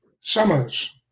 summers